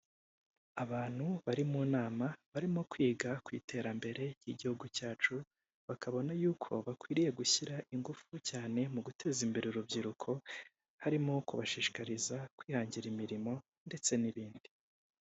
Abantu bari mu nama barimo kwiga ku iterambere ry'igihugu cyacu, bakabona yuko bakwiriye gushyira ingufu cyane mu guteza imbere urubyiruko, harimo kubashishikariza kwihangira imirimo ndetse n'ibindi.